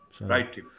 Right